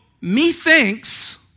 methinks